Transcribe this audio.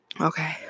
okay